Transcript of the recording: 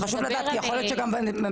חשוב לדעת כי יכול להיות שגם המועצה